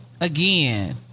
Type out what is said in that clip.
again